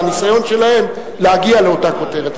הניסיון שלהם להגיע לאותה כותרת.